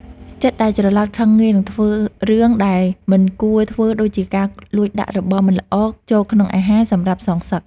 ចិត្តដែលច្រឡោតខឹងងាយនឹងធ្វើរឿងដែលមិនគួរធ្វើដូចជាការលួចដាក់របស់មិនល្អចូលក្នុងអាហារសម្រាប់សងសឹក។